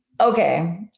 okay